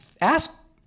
Ask